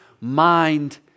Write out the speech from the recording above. mind